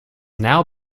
now